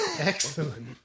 Excellent